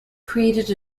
created